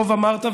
טוב אמרת,